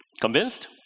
Convinced